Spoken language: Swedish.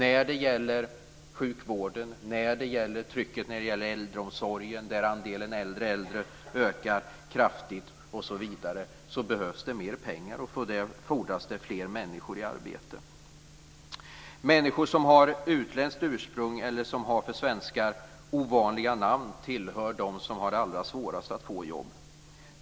När det gäller sjukvården och äldreomsorgen, där andelen äldre äldre ökar kraftigt, osv. behövs det mer pengar, och för det fordras fler människor i arbete. Människor som har utländskt ursprung eller som har för svenskar ovanliga namn tillhör dem som har det allra svårast att få jobb.